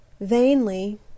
Vainly